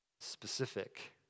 specific